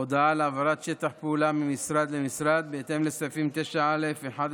הודעה על העברת שטח פעולה ממשרד למשרד: בהתאם לסעיפים 9(א) ו-11